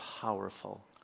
powerful